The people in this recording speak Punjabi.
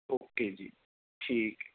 ਓਕੇ ਜੀ ਠੀਕ ਹੈ